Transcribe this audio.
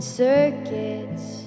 circuits